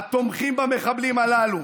התומכים במחבלים הללו,